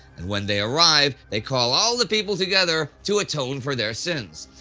and when they arrive, they call all the people together to atone for their sins.